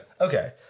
okay